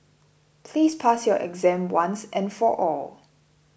please pass your exam once and for all